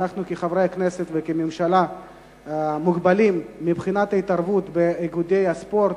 שאנחנו כחברי כנסת וכממשלה מוגבלים מבחינת ההתערבות באיגודי הספורט.